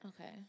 Okay